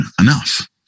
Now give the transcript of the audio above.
enough